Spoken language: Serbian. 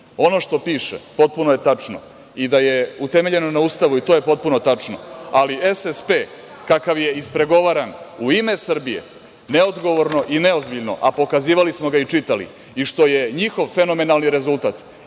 što piše potpuno je tačno i da je utemeljeno na Ustavu i to je potpuno tačno. Ali, SSP kakav je ispregovaran u ime Srbije neodgovorno i neozbiljno, a pokazivali smo ga i čitali i što je njihov fenomenalni rezultata,